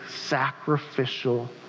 sacrificial